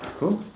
cool